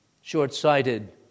short-sighted